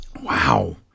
Wow